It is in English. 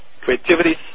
Creativity